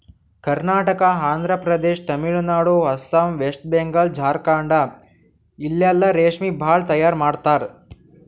ಕರ್ನಾಟಕ, ಆಂಧ್ರಪದೇಶ್, ತಮಿಳುನಾಡು, ಅಸ್ಸಾಂ, ವೆಸ್ಟ್ ಬೆಂಗಾಲ್, ಜಾರ್ಖಂಡ ಇಲ್ಲೆಲ್ಲಾ ರೇಶ್ಮಿ ಭಾಳ್ ತೈಯಾರ್ ಮಾಡ್ತರ್